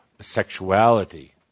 sexuality